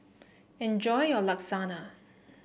enjoy your Lasagna